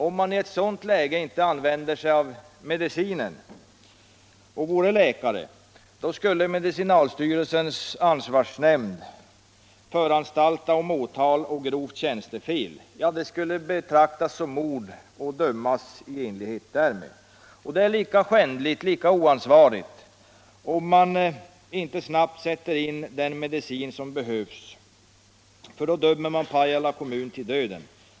Om en läkare i ett sådant läge inte använder sig av medicinen, skulle socialstyrelsens ansvarsnämnd föranstalta om åtal för grovt tjänstefel. Det skulle betraktas som mord och dömas i enlighet därmed. Det är lika skändligt och lika oansvarigt att inte snabbt sätta in den medicin som behövs för Pajala kommun — då dömer man kommunen till döden.